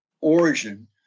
origin